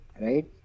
Right